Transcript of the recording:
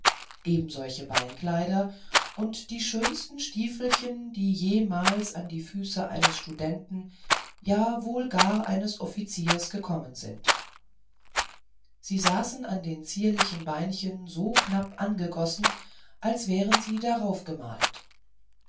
ebensolche beinkleider und die schönsten stiefelchen die jemals an die füße eines studenten ja wohl gar eines offiziers gekommen sind sie saßen an den zierlichen beinchen so knapp angegossen als wären sie darauf gemalt